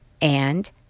And